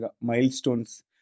milestones